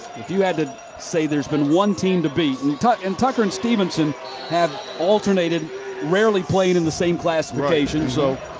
if you had to say there's been one team to beat and tucker and tucker and stephenson have alternated rarely played in the same classification. so